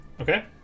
okay